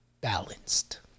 balanced